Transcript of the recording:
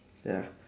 ya